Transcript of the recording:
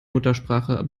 muttersprache